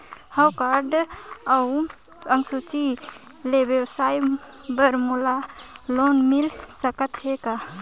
मोर हव कारड अउ अंक सूची ले व्यवसाय बर मोला लोन मिल सकत हे का?